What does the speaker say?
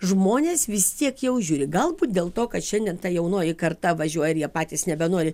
žmonės vis tiek jau žiūri galbūt dėl to kad šiandien ta jaunoji karta važiuoja ir jie patys nebenori